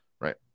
right